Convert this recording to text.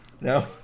No